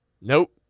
Nope